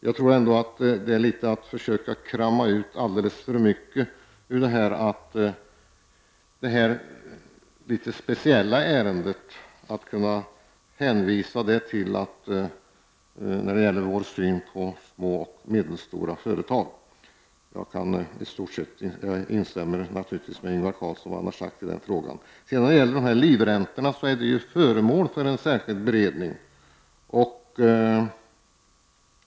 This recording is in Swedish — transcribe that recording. Jag tror ändå att det är att försöka krama ut alldeles för mycket ur det här litet speciella ärendet, om man hänvisar till att det gäller vår syn på små och medelstora företag. Jag instämmer naturligtvis med vad Ingvar Carlsson har sagt i den frågan. När det gäller livräntorna är den frågan föremål för en särskild beredning.